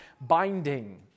binding